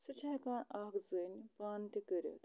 سُہ چھِ ہٮ۪کان اَکھ زٔنۍ پانہٕ تہِ کٔرِتھ